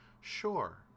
Sure